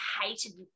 hated